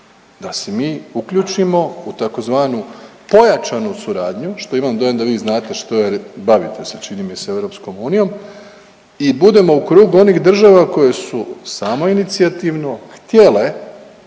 da se mi uključimo u tzv. pojačanu suradnju, što imam dojam da vi znate bavite se čini mi se EU, i budemo u krugu onih država koje su samoinicijativno htjele